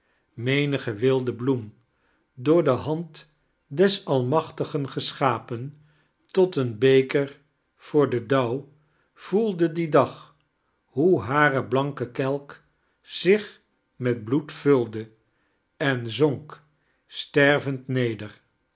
menige wilde bloem door de hand des almachtigen geschapen tot een beker voor den dauw voelde dien dag hoe hare blanke kelk zich met bloed vulde en zonk stervend neder